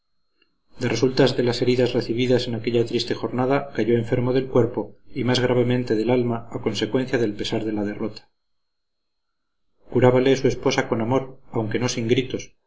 de resultas de las heridas recibidas en aquella triste jornada cayó enfermo del cuerpo y más gravemente del alma a consecuencia del pesar de la derrota curábale su esposa con amor aunque no sin gritos